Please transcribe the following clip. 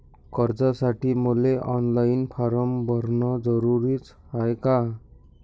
कर्जासाठी मले online form भरन जरुरीच हाय का?